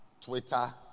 twitter